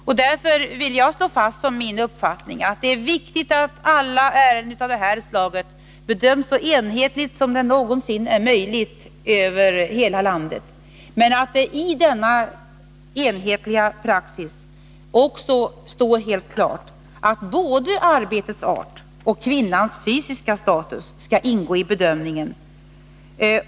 Mot denna bakgrund vill jag slå fast som min uppfattning att det är viktigt att alla ärenden av det här slaget bedöms så enhetligt som det någonsin är möjligt över hela landet. Men i denna enhetliga praxis måste det också stå helt klart att både arbetets art och kvinnans fysiska status skall ingå i bedömningen.